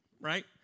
right